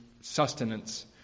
sustenance